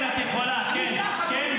כן, את יכולה, כן.